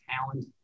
talent